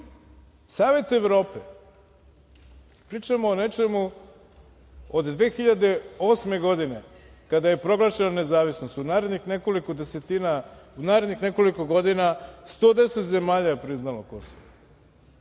Savet Evrope, pričamo o nečemu od 2008. godine, kada je proglašena nezavisnost, u narednih nekoliko godina 110 zemalja je priznalo Kosova.